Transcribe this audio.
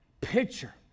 picture